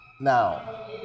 Now